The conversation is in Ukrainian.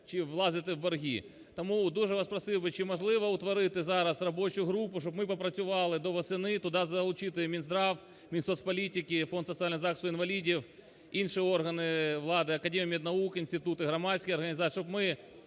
чи влазити в борги. Тому дуже вас просив би, чи можливо утворити зараз робочу групу, щоб ми попрацювали до осені, туди залучити Мінздрав, Мінсоцполітики, Фонд соціального захисту інвалідів, інші органи влади, Академію меднаук, інститути, громадські організації.